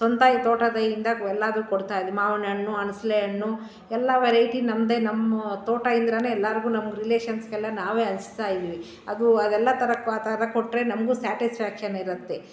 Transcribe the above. ಸ್ವಂತ ಈ ತೋಟದಯಿಂದ ಎಲ್ಲಾದು ಕೊಡ್ತಾಯಿದೆ ಮಾವಿನಣ್ಣು ಅಲಸ್ಲೆ ಹಣ್ಣು ಎಲ್ಲ ವೆರೈಟಿ ನಮ್ಮದೇ ನಮ್ಮ ತೋಟಯಿಂದ ಎಲ್ಲಾರಿಗು ನಮ್ಮ ರಿಲೇಷನ್ಸ್ಗೆಲ್ಲ ನಾವೇ ಹಂಚ್ತಾಯಿದಿವಿ ಅದು ಅದೆಲ್ಲ ತರಕ್ಕೆ ಆ ಥರ ಕೊಟ್ಟರೆ ನಮಗು ಸ್ಯಾಟಿಸ್ಫ್ಯಾಕ್ಷನ್ ಇರುತ್ತೆ